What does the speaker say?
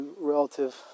relative